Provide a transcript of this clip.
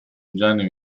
gianni